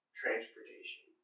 transportation